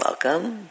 Welcome